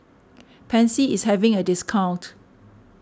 Pansy is having a discount